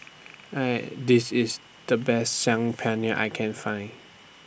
Hey This IS The Best Saag Paneer that I Can Find